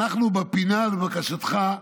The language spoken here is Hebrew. איתן, אנחנו בפינה, לבקשתך,